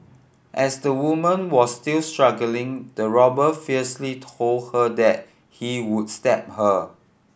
as the woman was still struggling the robber fiercely told her that he would stab her